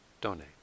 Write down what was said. donate